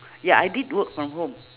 ya I did work from home